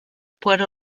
puerto